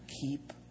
keep